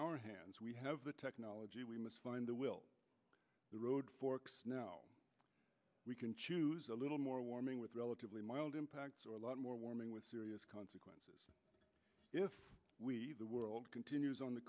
our hands we have the technology we must find the will the road forks now we can choose a little more warming with relatively mild impacts or a lot more warming with serious consequences if the world continues on the